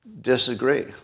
disagree